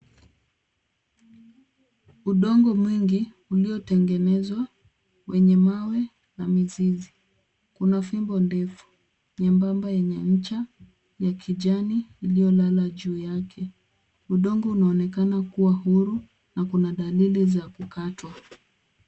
Udongo mwingi ulio tengenezwa kwenye mawe na mizizi kuna fimbo ndefu nyembamba yenye ncha ya kijani iliyo lala juu yake. Udongo unaoneka kua huru na kuna dalili za kukatwa.